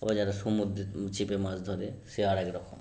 আবার যারা সমুদ্রে ছিপে মাছ ধরে সে আরেক রকম